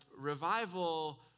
revival